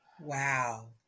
Wow